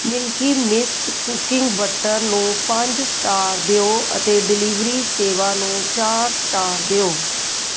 Milky Mist cooking butter ਨੂੰ ਪੰਜ star ਦਿਓ ਅਤੇ ਡਿਲੀਵਰੀ ਸੇਵਾ ਨੂੰ ਚਾਰ ਸਟਾਰ ਦਿਓ